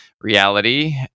Reality